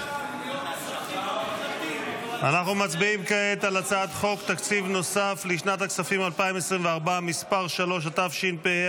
--- מיליון אזרחים במקלטים ואתה מספר פרשת שבוע.